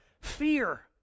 fear